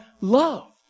loved